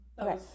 okay